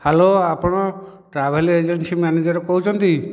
hello ଆପଣ travel agency manager କହୁଛନ୍ତି